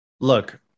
Look